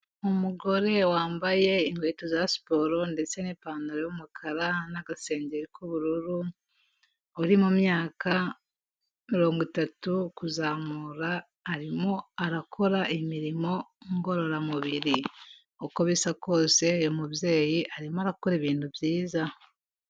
Umugore wambaye inkweto za siporo ndetse n'ipantaro y'umukara n'agasengeri k'ubururu, uri mu myaka mirongo itatu kuzamura, arimo arakora imirimo ngororamubiri, uko bisa kose uyu mubyeyi arimo arakora ibintu byiza.